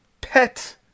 Pet